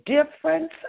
Difference